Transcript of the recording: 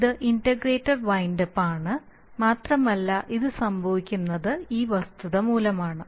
ഇത് integrator windup ആണ് മാത്രമല്ല ഇത് സംഭവിക്കുന്നത് ഈ വസ്തുത മൂലമാണ്